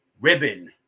ribbon